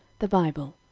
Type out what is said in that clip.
the bible,